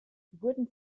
wurde